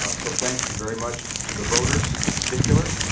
ah so thank you very much to the voters in particular.